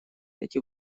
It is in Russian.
эти